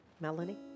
melanie